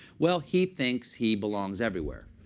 well, he thinks he belongs everywhere.